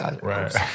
Right